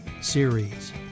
series